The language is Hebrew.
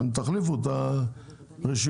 אתם תחליפו את הרשימות.